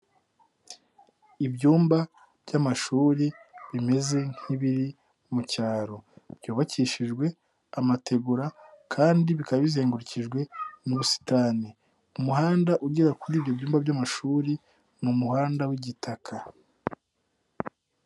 Ibyumba by'amashuri bimeze nk'ibiri mu cyaro. Byubakishijwe amategura kandi bikaba bizengurukijwe n'ubusitani. Umuhanda ugera kuri buri byumba by'amashuri, ni umuhanda w'igitaka.